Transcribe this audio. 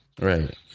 Right